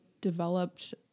developed